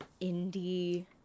indie